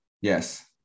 Yes